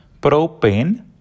Propane